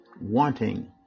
wanting